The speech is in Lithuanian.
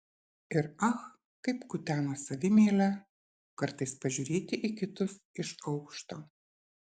ir ach kaip kutena savimeilę kartais pažiūrėti į kitus iš aukšto